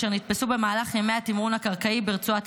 אשר נתפסו במהלך ימי התמרון הקרקעי ברצועת